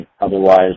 otherwise